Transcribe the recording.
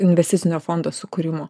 investicinio fondo sukūrimo